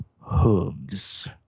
hooves